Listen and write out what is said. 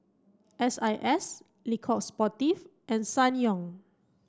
S I S Le Coq Sportif and Ssangyong